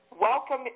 welcome